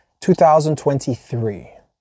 2023